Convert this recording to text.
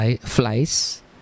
flies